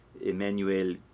Emmanuel